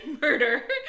murder